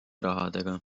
rahadega